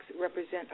represent